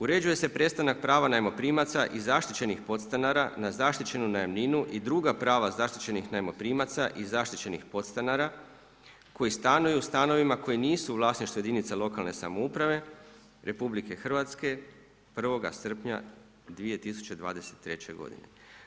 Uređuje se prestanak prava najmoprimaca i zaštićenih podstanara na zaštićenu najamninu i druga prava zaštićenih najmoprimaca i zaštićenih podstanara koji stanuju u stanovima koji nisu u vlasništvu jedinica lokalne samouprave, Republike Hrvatske 1. srpnja 2023. godine.